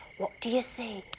what do you see?